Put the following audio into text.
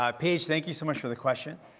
um paige, thank you so much for the question.